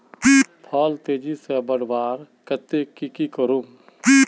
फल तेजी से बढ़वार केते की की करूम?